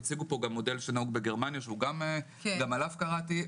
הציגו פה מודל שנהוג בגרמניה שגם עליו קראתי.